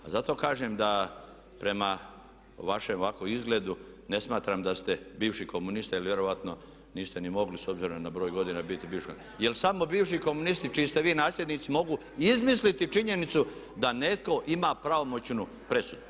A zato kažem da prema vašem ovako izgledu ne smatram da ste bivši komunista jer vjerojatno niste ni mogli s obzirom na broj godina biti bivša, jer samo bivši komunisti čiji ste vi nasljednici mogu izmisliti činjenicu da netko ima pravomoćnu presudu.